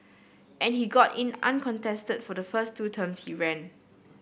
and he got in uncontested for the first two terms he ran